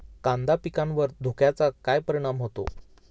कांदा पिकावर धुक्याचा काय परिणाम होतो?